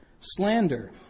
slander